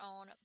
own